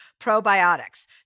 probiotics